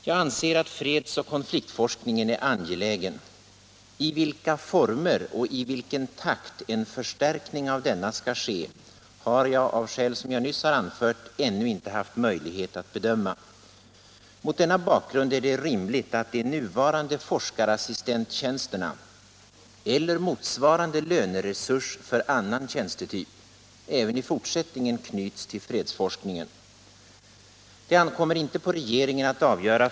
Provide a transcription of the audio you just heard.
Är utbildningsministern beredd att verka för dels att fredsforskningens resurser byggs upp på längre sikt, dels att nuvarande tjänster även i fortsättningen knyts till fredsoch konfliktforskning, dels att nuvarande innehavare får möjlighet att arbeta inom fredsoch konfliktforskningen i avvaktan på en mer permanent lösning?